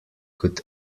could